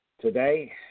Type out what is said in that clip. Today